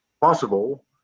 possible